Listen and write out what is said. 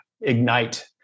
ignite